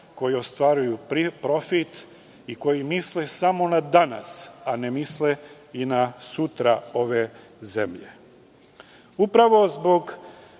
koji ostvaruju profit i koji misle samo na danas, a ne misle i na sutra ove zemlje? Upravo zbog